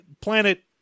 planet